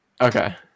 Okay